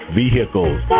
vehicles